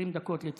20 דקות, לצערי.